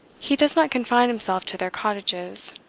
he does not confine himself to their cottages.